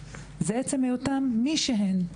זה עצם היותן מי שהן,